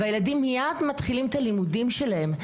הילדים מיד מתחילים את הלימודים שלהם.